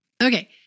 Okay